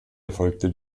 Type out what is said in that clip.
erfolgte